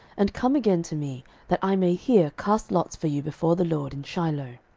and come again to me, that i may here cast lots for you before the lord in shiloh.